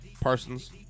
Parsons